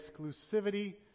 Exclusivity